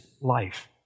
life